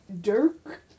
Dirk